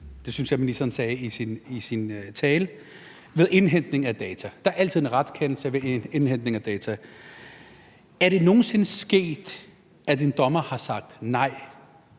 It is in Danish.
det synes jeg ministeren sagde i sin tale – ved indhentning af data. Der er altid en retskendelse ved indhentning af data. Er det nogen sinde sket, at en dommer har sagt nej?